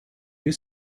you